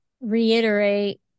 reiterate